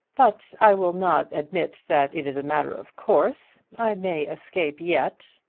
but i will not admit that it is a matter of course. i may escape yet.